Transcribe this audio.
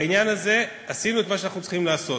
בעניין הזה, עשינו את מה שאנחנו צריכים לעשות: